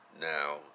now